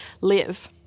live